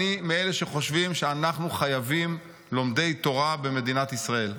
אני מאלה שחושבים שאנחנו חייבים לומדי תורה במדינת ישראל.